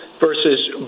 versus